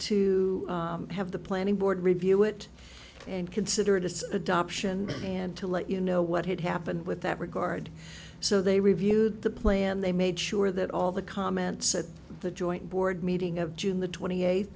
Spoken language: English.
to have the planning board review it and consider it as adoption and to let you know what had happened with that regard so they reviewed the plan they made sure that all the comments at the joint board meeting of june the twenty eighth